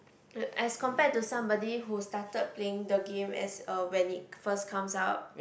as compared to somebody who started playing the game as uh when it first comes out